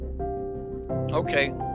Okay